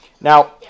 Now